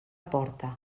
porta